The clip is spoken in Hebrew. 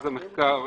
הכנסת,